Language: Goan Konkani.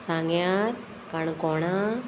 सांग्यार काणकोणां